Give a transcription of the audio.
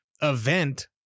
event